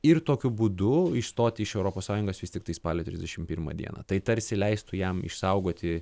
ir tokiu būdu išstoti iš europos sąjungos vis tiktai spalio trisdešim pirmą dieną tai tarsi leistų jam išsaugoti